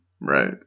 Right